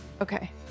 Okay